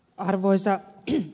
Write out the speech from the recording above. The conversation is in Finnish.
arvoisa puhemies